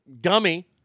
Dummy